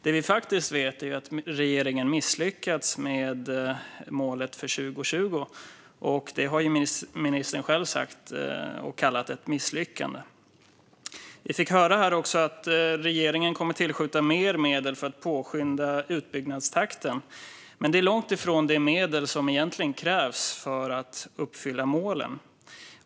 Det vi faktiskt vet är att regeringen har misslyckats med målet för 2020; det har ministern själv sagt. Han har kallat det för ett misslyckande. Vi fick höra att regeringen kommer att tillskjuta mer medel för att påskynda utbyggnadstakten. Men det är långt ifrån de medel som egentligen krävs för att uppfylla målen.